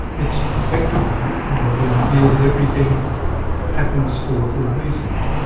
it's effectively the idea that everything happens for a reason,